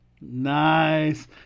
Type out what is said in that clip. Nice